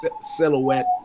silhouette